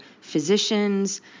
physicians